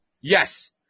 Yes